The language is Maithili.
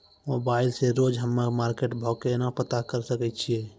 मोबाइल से रोजे हम्मे मार्केट भाव केना पता करे सकय छियै?